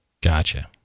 Gotcha